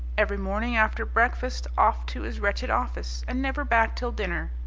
every morning after breakfast off to his wretched office, and never back till dinner,